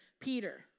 Peter